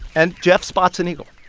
and jeff spots an eagle